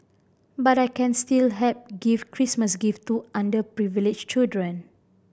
but I can still help give Christmas gift to underprivileged children